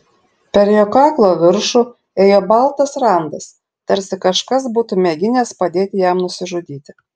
per jo kaklo viršų ėjo baltas randas tarsi kažkas būtų mėginęs padėti jam nusižudyti